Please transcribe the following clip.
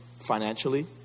financially